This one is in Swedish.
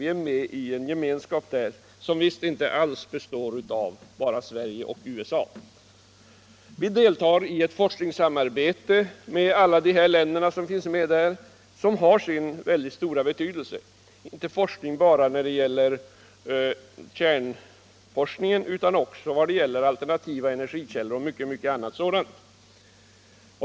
Vi är med i en gemenskap som visst inte består av bara Sverige och USA. Vi deltar i ett forskningssamarbete som har sin stora betydelse. Det gäller inte bara kärnforskningen utan också alternativa energikällor och mycket annat sådant.